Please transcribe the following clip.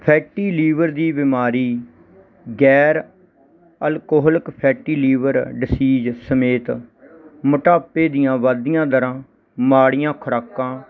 fatty liver ਦੀ ਬਿਮਾਰੀ ਗੈਰ ਅਲਕੋਹਲਕ ਫੈਟੀ ਲੀਵਰ ਡਿਸੀਜ ਸਮੇਤ ਮੋਟਾਪੇ ਦੀਆਂ ਵੱਧਦੀਆਂ ਦਰਾਂ ਮਾੜੀਆਂ ਖੁਰਾਕਾਂ